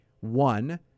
One